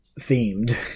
themed